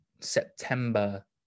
September